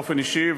באופן אישי,